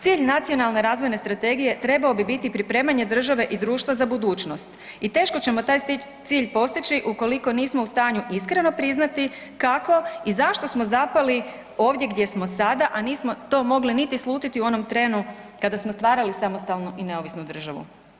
Cilj Nacionalne razvojne strategije trebao bi biti pripremanje države i društva za budućnost i teško ćemo taj cilj postići ukoliko nismo u stanju iskreno priznati kako i zašto smo zapali ovdje gdje smo sada, a nismo to mogli niti slutiti u onom trenu kada smo stvarali samostalnu i neovisnu državu.